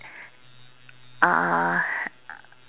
uh